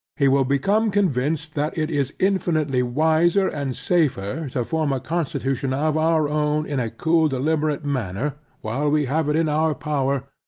he will become convinced, that it is infinitely wiser and safer, to form a constitution of our own in a cool deliberate manner, while we have it in our power,